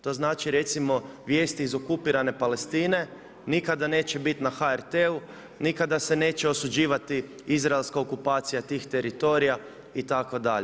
To znači recimo vijesti iz okupirane Palestine nikada neće biti na HRT-u, nikada se neće osuđivati izraelska okupacija tih teritorija itd.